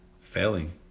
Failing